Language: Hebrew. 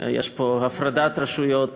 יש פה הפרדת רשויות